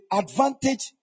advantage